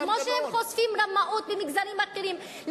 כמו שהם חושפים רמאות במגזרים אחרים,